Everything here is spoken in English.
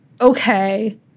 okay